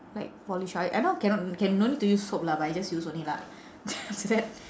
like polish I I know cannot can no need to use soap lah but I just use only lah then after that